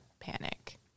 panic